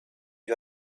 you